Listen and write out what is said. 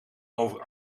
over